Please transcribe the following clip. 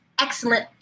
excellent